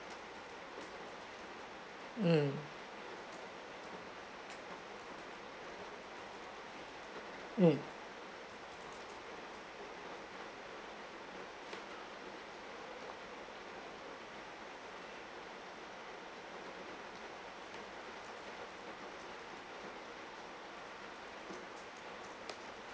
mm mm